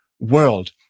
World